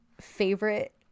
favorite